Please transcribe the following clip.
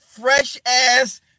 fresh-ass